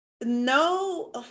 no